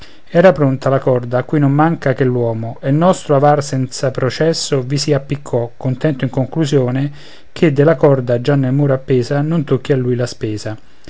era pronta la corda a cui non manca che l'uomo e il nostro avar senza processo vi si appiccò contento in conclusione che della corda già nel muro appesa non tocchi a lui la spesa